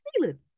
feeling